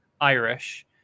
Irish